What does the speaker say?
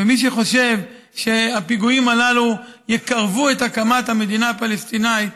ומי שחושב שהפיגועים הללו יקרבו את הקמת המדינה הפלסטינית,